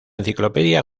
enciclopedia